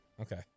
Okay